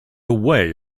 way